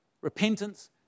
repentance